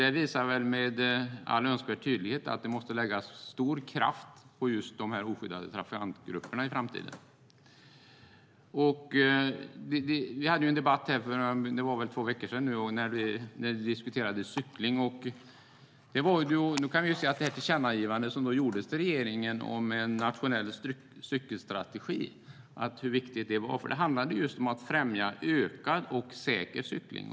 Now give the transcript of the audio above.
Det visar väl med all önskvärd tydlighet att det måste läggas stor kraft på just de oskyddade trafikantgrupperna i framtiden. Vi hade en debatt för två veckor sedan, tror jag att det var, där vi diskuterade cykling. Det gjordes då ett tillkännagivande till regeringen om en nationell cykelstrategi och hur viktigt det var. Det handlar just om att främja ökad och säker cykling.